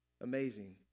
Amazing